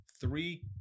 Three